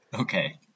Okay